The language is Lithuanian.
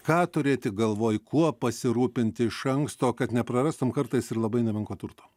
ką turėti galvoj kuo pasirūpinti iš anksto kad neprarastum kartais ir labai nemenko turto